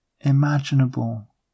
imaginable